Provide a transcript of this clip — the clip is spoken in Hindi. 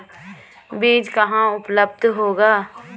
बीज कहाँ उपलब्ध होगा?